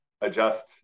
adjust